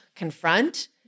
confront